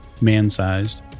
man-sized